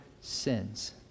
sins